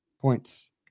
points